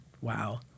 Wow